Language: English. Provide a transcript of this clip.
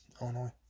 Illinois